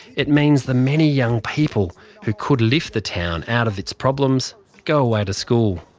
it means the many young people who could lift the town out of its problems go away to school.